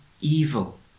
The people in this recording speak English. evil